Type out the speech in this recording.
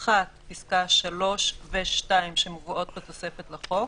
פסקה (3) ו-(2), שמובאות בתוספת לחוק.